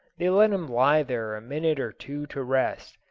they let him lie there a minute or two to rest,